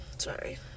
Sorry